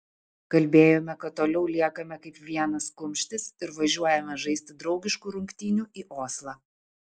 kalbėjome kad toliau liekame kaip vienas kumštis ir važiuojame žaisti draugiškų rungtynių į oslą